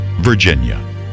Virginia